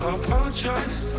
apologize